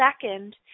second